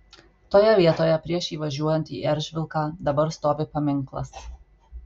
toje vietoje prieš įvažiuojant į eržvilką dabar stovi paminklas